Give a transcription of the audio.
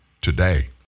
today